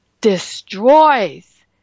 destroys